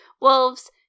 wolves